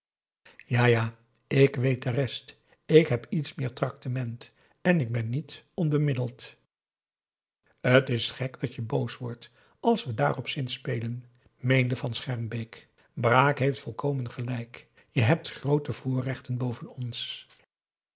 ja ja ik weet de rest ik heb iets meer traktement en ik ben niet onbemiddeld t is gek dat je boos wordt als we daarop zinspelen meende van schermbeek braak heeft volkomen gelijk je hebt groote voorrechten boven ons